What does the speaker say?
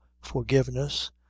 forgiveness